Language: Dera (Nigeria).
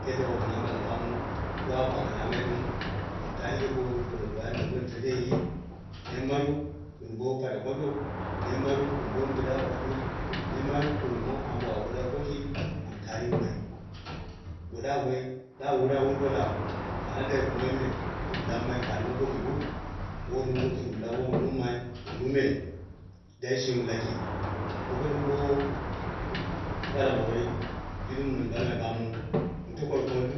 Kii yadda om na ɓal a ɓaa mu, gwa mu aka namai ɗim amu ta yinga bo dole gwai, ka dol t andai, nemmaru gɨn bo pate kondoi, nemmaru gɨn boim duda awu patɨmai, nemaru gɨn boi mɨ ambo awu ɗaɗau boki amu ta yingɨmai, bo ɗa woi da wura wu ɗola, ana duai kumoi me wun lammai kaa num bokiru, wowun nume bok mɨn lau woma nummai mu nume dai shimi lak1. Ka duko ɗɨm bə ɓala ma woi. Ki wun ɓalmai ɓaamu, ana tokorkoldu?